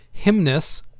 Hymnus